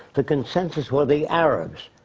the consensus were the arabs.